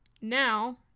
Now